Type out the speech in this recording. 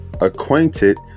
acquainted